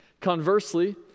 Conversely